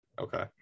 Okay